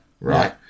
Right